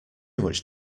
much